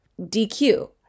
DQ